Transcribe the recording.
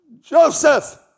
Joseph